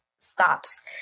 stops